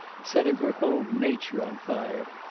setting her whole nature on fire,